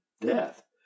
death